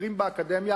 חוקרים באקדמיה,